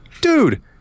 dude